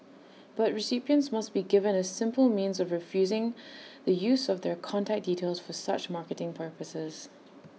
but recipients must be given A simple means of refusing the use of their contact details for such marketing purposes